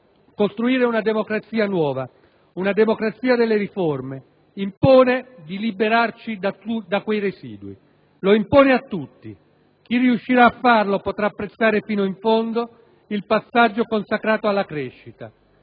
costruire una democrazia nuova, una democrazia delle riforme, impone di liberarci da quei residui. Lo impone a tutti. Chi riuscirà a farlo, potrà apprezzare fino in fondo il passaggio consacrato alla crescita,